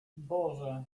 boże